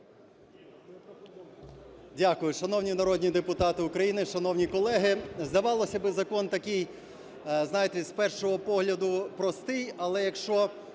Дякую. Шановні народні депутати України, шановні колеги! Здавалося би, закон такий, знаєте, з першого погляду, простий. Але якщо